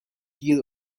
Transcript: گیر